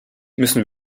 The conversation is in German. müssen